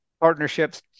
partnerships